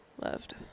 Loved